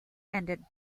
ended